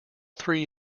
three